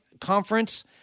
conference